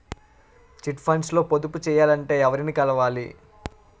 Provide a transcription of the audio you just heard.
Chit funds లో పొదుపు చేయాలంటే ఎవరిని కలవాలి?